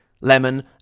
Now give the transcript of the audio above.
lemon